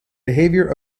behaviour